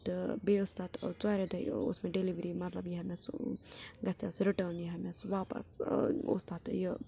بیٚیہِ ٲسۍ تَتھ ژورے دۄہہِ ٲس تَتھ ڈیٚلِؤری مطلب یی ہا مےٚ سُہ گژھہِ ہا سُہ رٹٲرٕنۍ یا واپس اوس تَتھ